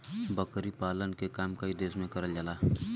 बकरी पालन के काम कई देस में करल जाला